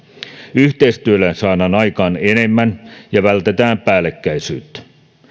yhteistyöllä saadaan aikaan enemmän ja vältetään päällekkäisyyttä